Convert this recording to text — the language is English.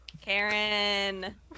Karen